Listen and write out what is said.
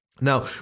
Now